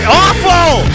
awful